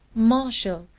martial,